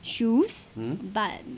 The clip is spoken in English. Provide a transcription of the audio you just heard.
shoes but